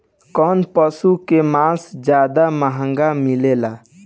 कौन पशु के मांस ज्यादा महंगा मिलेला?